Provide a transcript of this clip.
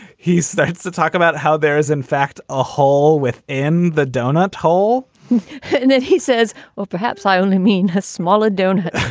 he starts to talk about how there is, in fact, a hole with in the doughnut hole and then he says, well, perhaps i only mean a smaller doughnut,